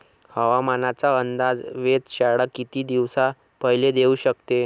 हवामानाचा अंदाज वेधशाळा किती दिवसा पयले देऊ शकते?